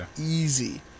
easy